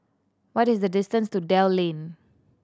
what is the distance to Dell Lane